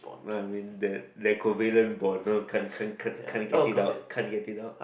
no I mean that that covalent bond no can't can't can't can't get it out can't get it out